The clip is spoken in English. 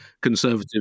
conservative